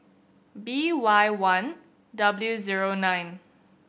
B Y one W zero nine